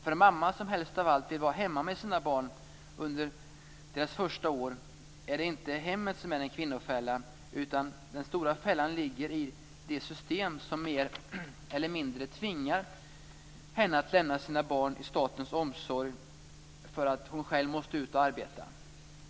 För en mamma som helst av allt vill vara hemma med sina barn under deras första år är det inte hemmet som är en kvinnofälla, utan den stora fällan ligger i de system som mer eller mindre tvingar henne att lämna sina barn i statens omsorg för att hon själv måste ut och arbeta.